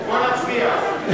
בוא נצביע.